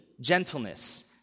gentleness